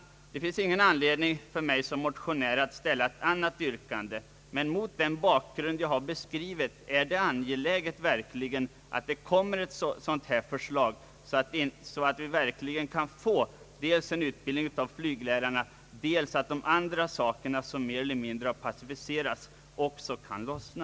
Det finns ingen anledning för mig som motionär att ställa ett annat yrkande än utskottets. Mot den bakgrund jag beskrivit är det dock angeläget att förslag verkligen framläggs, som innebär att vi får en mer ordnad utbildning av flyglärarna.